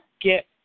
get